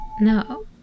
No